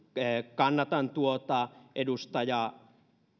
kannatan tuota edustaja